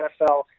NFL